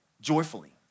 joyfully